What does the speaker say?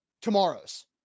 tomorrows